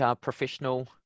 professional